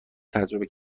تجربه